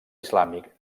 islàmic